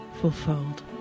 fulfilled